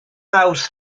mawrth